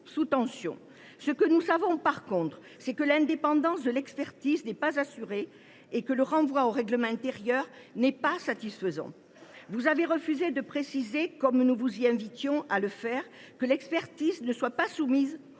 sous tension. En revanche, nous savons que l’indépendance de l’expertise n’est pas assurée et que le renvoi au règlement intérieur n’est pas satisfaisant. Vous avez refusé de préciser, comme nous vous invitions à le faire, que l’expertise ne sera pas soumise